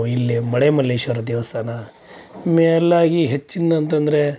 ಇಲ್ಲಿ ಮಳೆ ಮಲ್ಲೇಶ್ವರ ದೇವಸ್ಥಾನ ಇನ್ನು ಎಲ್ಲ ಈ ಹೆಚ್ಚಿಂದು ಅಂತಂದರೆ